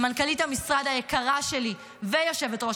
למנכ"לית המשרד היקרה שלי ויושבת-ראש